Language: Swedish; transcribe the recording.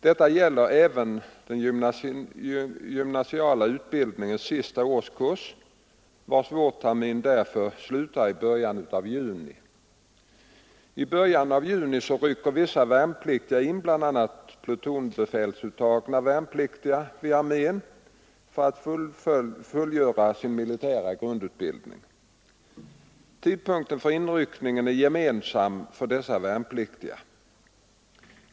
Detta gäller även den gymnasiala utbildningens sista årskurs, vars vårtermin därför slutar i början av juni. I början av juni rycker vissa värnpliktiga in, bl.a. plutonsbefälsuttagna värnpliktiga vid armén, för att fullgöra sin militära grundutbildning. Tidpunkten för inryckningen är gemensam för dessa värnpliktiga.